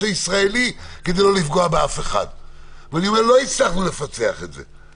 לא הצלחנו לפצח את זה.